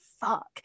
fuck